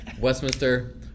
Westminster